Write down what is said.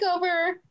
TakeOver